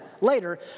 Later